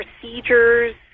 procedures